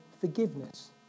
forgiveness